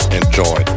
Enjoy